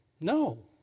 No